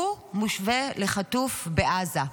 הוא מושווה לחטוף בעזה.